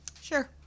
Sure